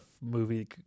movie